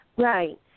Right